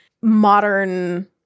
modern